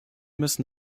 müssen